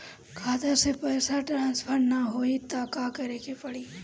खाता से पैसा टॉसफर ना होई त का करे के पड़ी?